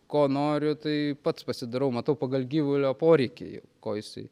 ko noriu tai pats pasidarau matau pagal gyvulio poreikį ko jisai